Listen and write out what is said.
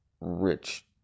rich